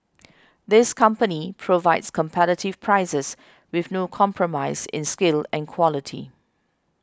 this company provides competitive prices with no compromise in skill and quality